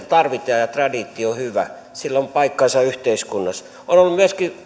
tarvitaan ja traditio on hyvä sillä on paikkansa yhteiskunnassa on ollut myöskin